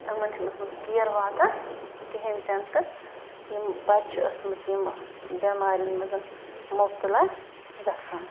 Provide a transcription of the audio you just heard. یِمَن چھُنہٕ اوسمُت سُہ کِیَر واتان کِہیٖنۍ تہِ نہٕ تہٕ یِم بَچہٕ چھِ ٲسمٕژ یِمہٕ بٮ۪مارٮ۪ن منٛز مُبتلا گژھان